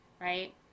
right